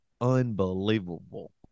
unbelievable